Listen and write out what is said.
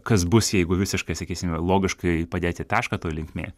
kas bus jeigu visiškai sakysime logiškai padėti tašką toj linkmėj